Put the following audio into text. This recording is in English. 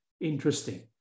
interesting